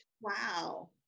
Wow